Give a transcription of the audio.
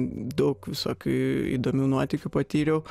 daug visokių įdomių nuotykių patyriau